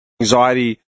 Anxiety